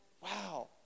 Wow